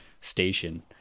station